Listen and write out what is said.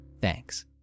Thanks